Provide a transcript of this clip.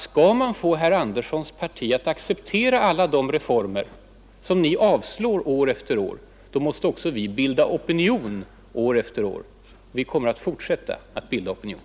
Skall vi få herr Anderssons parti att acceptera de reformer som man avslår år efter år, då måste vi också bilda opinion år efter år. Vi kommer att fortsätta att bilda opinion.